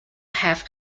have